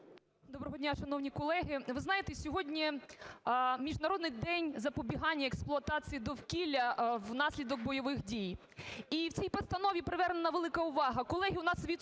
Доброго дня, шановні колеги! Ви знаєте, сьогодні Міжнародний день запобігання експлуатації довкілля внаслідок бойових дій. І в цій постанові привернута велика увага. Колеги, в нас відсутні